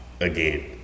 again